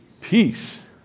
peace